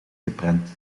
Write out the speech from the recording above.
geprent